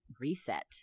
reset